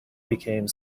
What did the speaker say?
became